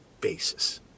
basis